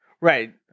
Right